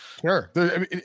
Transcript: Sure